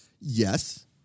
Yes